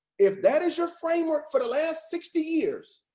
if that is your framework for the last sixty years,